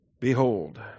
Behold